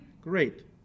great